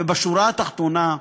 בשורה התחתונה,